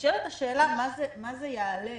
נשאלת השאלה מה זה יעלה